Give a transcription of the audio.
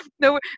No